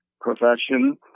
profession